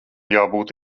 jābūt